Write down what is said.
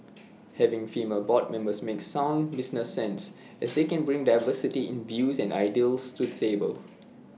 having female board members makes sound business sense as they can bring diversity in views and ideas to the table